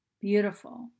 beautiful